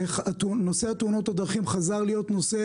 ונושא תאונות הדרכים חזר להיות נושא